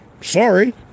Sorry